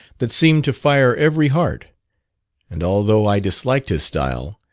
that seemed to fire every heart and although i disliked his style,